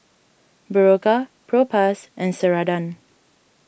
Berocca Propass and Ceradan